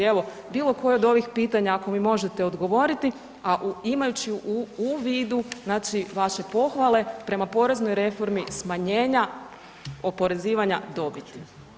Evo, bilo koje od ovih pitanja ako mi možete odgovoriti, a imajući u vidu znači vaše pohvale prema poreznoj reformi smanjenja oporezivanja dobiti.